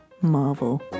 Marvel